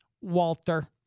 Walter